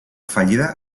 fallida